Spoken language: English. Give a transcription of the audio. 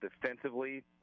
defensively